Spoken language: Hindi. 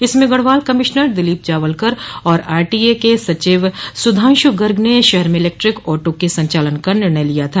इसमे गढ़वाल कमिश्नर दिलीप जावलकर और आरटीए के सचिव सुधांशु गर्ग ने शहर में इलेक्ट्रिक ऑटो के संचालन का निर्णय लिया था